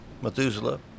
Methuselah